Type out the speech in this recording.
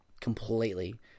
completely